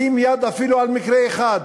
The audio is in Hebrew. לשים יד אפילו על מקרה אחד